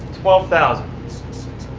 thousand six